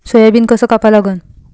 Soybean कस कापा लागन?